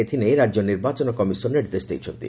ଏଥନେଇ ରାକ୍ୟ ନିର୍ବାଚନ କମିଶନ୍ ନିର୍ଦ୍ଦେଶ ଦେଇଛନ୍ତି